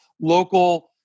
local